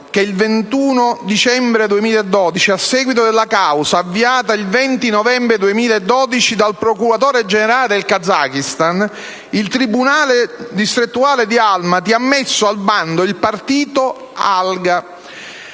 che il 21 dicembre 2012, a seguito della causa avviata il 20 novembre 2012 dal procuratore generale del Kazakistan, il tribunale distrettuale di Almaty ha messo al bando il partito